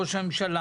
שהיה עליהן רווח,